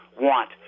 want